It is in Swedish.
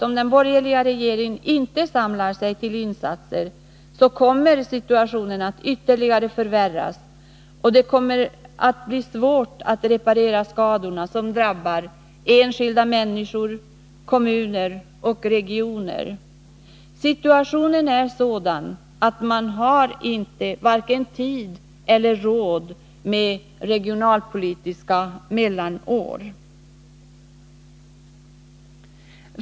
Om den borgerliga regeringen inte samlar sig till insatser så kommer situationen att ytterligare förvärras, och det kommer att bli svårt att reparera skadorna, som drabbar enskilda människor, kommuner och regioner. Situationen är sådan att vi inte har vare sig tid eller råd med regionalpolitiska mellanår.